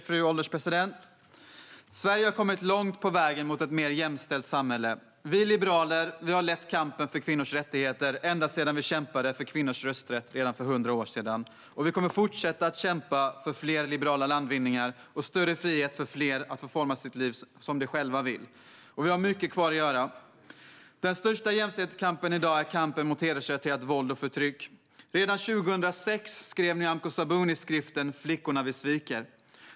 Fru ålderspresident! Sverige har kommit långt på vägen mot ett mer jämställt samhälle. Vi liberaler har lett kampen för kvinnors rättigheter ända sedan vi kämpade för kvinnors rösträtt för 100 år sedan. Vi kommer att fortsätta att kämpa för fler liberala landvinningar och större frihet för fler att forma sina liv som de själva vill. Vi har mycket kvar att göra. Den största jämställdhetskampen i dag är kampen mot hedersrelaterat våld och förtryck. Redan 2006 skrev Nyamko Sabuni skriften Flickorna vi sviker .